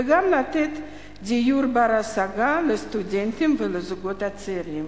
וגם לתת דיור בר-השגה לסטודנטים ולזוגות הצעירים.